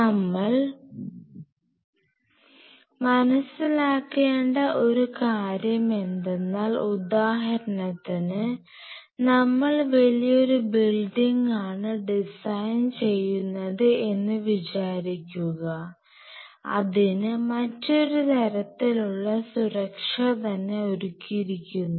നമ്മൾ മനസ്സിലാക്കേണ്ട ഒരു കാര്യം എന്തെന്നാൽ ഉദാഹരണത്തിന് നമ്മൾ വലിയൊരു ബിൽഡിങ് ആണ് ഡിസൈൻ ചെയ്യുന്നത് എന്ന് വിചാരിക്കുക അതിന് മറ്റൊരു തരത്തിലുള്ള സുരക്ഷ തന്നെ ഒരുക്കിയിരിക്കുന്നു